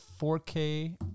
4K